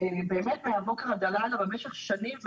באמת מהבוקר עד הלילה במשך שנים וחודשים.